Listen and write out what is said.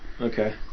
Okay